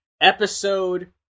episode